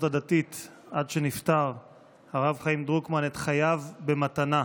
הדתית הרב חיים דרוקמן את חייו במתנה,